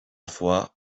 fois